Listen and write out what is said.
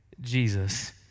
Jesus